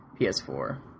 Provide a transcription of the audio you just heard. PS4